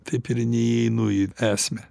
taip ir ne įeinu į esmę